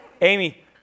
Amy